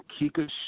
Kika